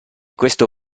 questo